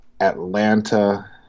Atlanta